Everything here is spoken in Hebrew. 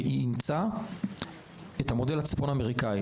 אימצה את המודל הצפון האמריקאי,